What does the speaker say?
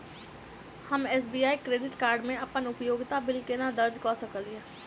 हम SBI credit card मे अप्पन उपयोगिता बिल केना दर्ज करऽ सकलिये?